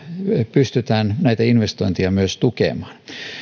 pystytään näitä investointeja myös tukemaan